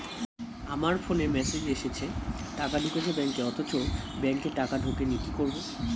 আমার ফোনে মেসেজ এসেছে টাকা ঢুকেছে ব্যাঙ্কে অথচ ব্যাংকে টাকা ঢোকেনি কি করবো?